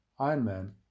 Ironman